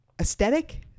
aesthetic